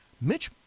Mitch